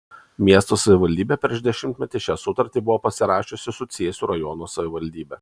miesto savivaldybė prieš dešimtmetį šią sutartį buvo pasirašiusi su cėsių rajono savivaldybe